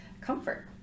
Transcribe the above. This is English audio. comfort